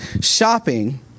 shopping